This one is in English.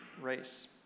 race